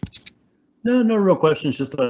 no, no real questions, just but